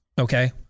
okay